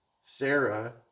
Sarah